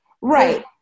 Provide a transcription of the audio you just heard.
right